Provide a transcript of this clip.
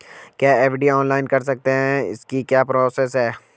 क्या FD online कर सकते हैं इसकी क्या प्रोसेस है?